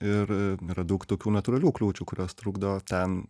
ir yra daug tokių natūralių kliūčių kurios trukdo ten